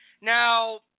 now